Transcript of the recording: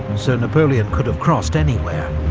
so napoleon could have crossed anywhere,